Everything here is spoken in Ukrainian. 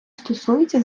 стосується